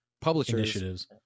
publishers